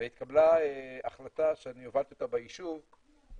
והתקבלה החלטה שהובלתי אותה באילת,